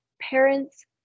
parents